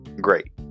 Great